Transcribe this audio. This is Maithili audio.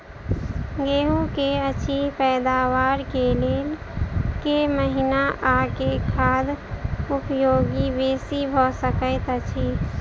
गेंहूँ की अछि पैदावार केँ लेल केँ महीना आ केँ खाद उपयोगी बेसी भऽ सकैत अछि?